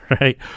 right